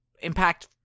impact